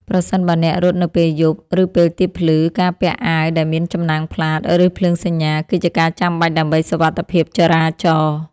ប្រសិនបើអ្នករត់នៅពេលយប់ ឬពេលទៀបភ្លឺ ការពាក់អាវដែលមានចំណាំងផ្លាត ឬភ្លើងសញ្ញា គឺជាការចាំបាច់ដើម្បីសុវត្ថិភាពចរាចរណ៍។